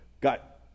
got